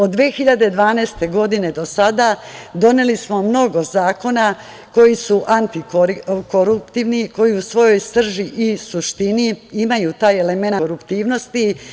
Od 2012. godine do sada doneli smo mnogo zakona koji su antikoruptivni, koji u svojoj srži i suštini imaju taj elemenat antikoruptivnosti.